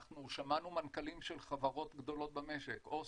אנחנו שמענו מנכ"לים של חברות גדולות במשק אסם,